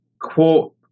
quote